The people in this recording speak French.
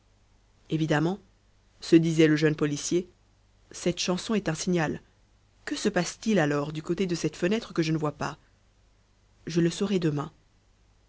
évidemment se disait le jeune policier cette chanson est un signal que se passe-t-il alors du côté de cette fenêtre que je ne vois pas je le saurai demain